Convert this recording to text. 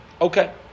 Okay